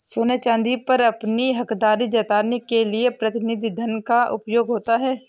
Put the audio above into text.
सोने चांदी पर अपनी हकदारी जताने के लिए प्रतिनिधि धन का उपयोग होता है